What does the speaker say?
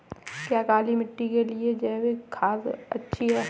क्या काली मिट्टी के लिए जैविक खाद अच्छी है?